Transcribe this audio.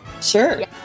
Sure